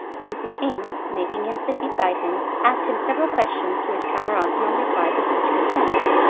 and the king, making him sit beside him, asked him several questions, to which camaralzaman replied with much good sense.